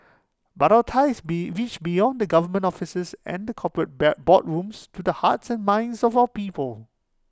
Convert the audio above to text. but our ties be reach beyond the government offices and the corporate bear boardrooms to the hearts and minds of our people